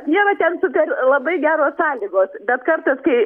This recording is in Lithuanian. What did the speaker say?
nėra ten super labai geros sąlygos bet kartais kai